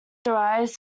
derives